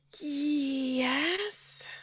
yes